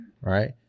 right